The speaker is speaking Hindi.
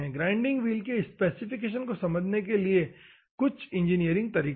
ग्राइंडिंग व्हील के स्पेसिफिकेशन को समझाने के लिए कुछ इंजीनियरिंग तरीका है